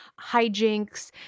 Hijinks